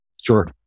Sure